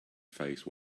face